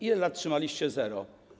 Ile lat trzymaliście zero?